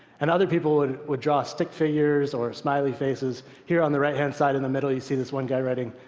and other people would would draw stick figures or smiley faces. here on the right-hand side in the middle you see this one guy writing,